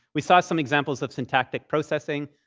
we saw some examples of syntactic processing.